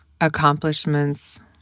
accomplishments